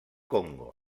congo